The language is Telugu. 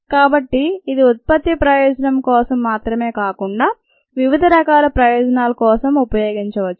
కాబట్టి ఇది ఉత్పత్తి ప్రయోజనం కోసం మాత్రమే కాకుండా వివిధ రకాల ప్రయోజనాల కోసం ఉపయోగించవచ్చు